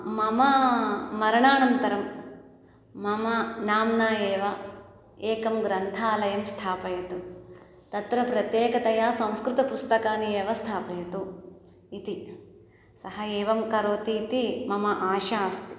मम मरणानन्तरं मम नाम्ना एव एकं ग्रन्थालयं स्थापयतु तत्र प्रत्येकतया संस्कृतपुस्तकानि एव स्थापयतु इति सः एवं करोतीति मम आशा अस्ति